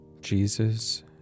Jesus